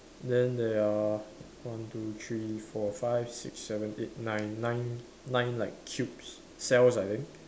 then there are one two three four five six seven eight nine nine nine like cubes cells I think